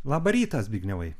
labą rytą zbignevai